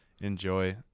enjoy